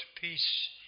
peace